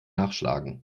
nachschlagen